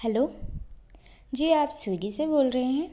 hello जी आप Swiggy से बोल रहे हैं